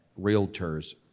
realtors